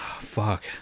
Fuck